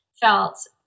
felt